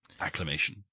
Acclamation